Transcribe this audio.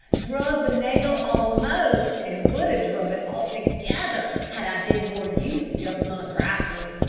druve the nail almost, and would ha' druve it altogether had i bin more used to joe blunt's rifle.